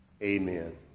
Amen